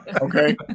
Okay